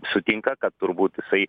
sutinka kad turbūt jisai